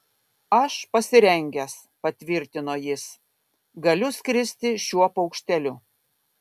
aš pasirengęs patvirtino jis galiu skristi šiuo paukšteliu